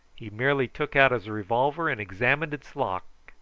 he merely took out his revolver and examined its lock,